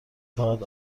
فقط